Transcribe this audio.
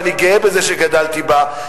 ואני גאה בזה שגדלתי בה,